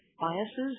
biases